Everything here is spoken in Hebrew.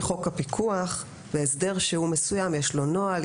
חוק הפיקוח בהסדר שהוא מסוים כאשר יש לו נוהל,